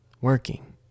working